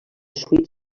suites